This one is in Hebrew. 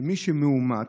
שמי שמאומת,